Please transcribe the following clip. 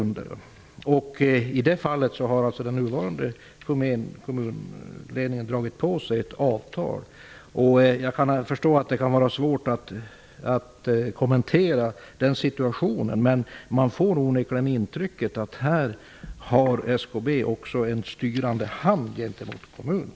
I ett sådant fall har den nuvarande kommunledningen dragit på sig ett avtal. Jag kan förstå att det kan vara svårt att kommentera den situationen. Men man får onekligen intrycket att här håller SKB en styrande hand gentemot kommunen.